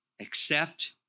accept